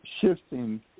shifting